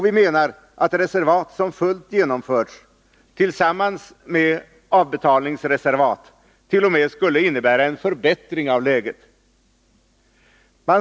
Vi anser att fullt genomförda reservat tillsammans med avbetalningsreservat t.o.m. skulle innebära en förbättring av läget.